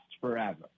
forever